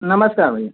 नमस्कार भइया